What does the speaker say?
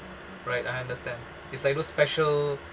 right I understand is like those special